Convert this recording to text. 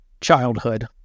Childhood